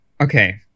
okay